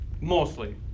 mostly